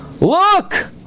Look